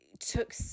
Took